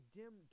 dim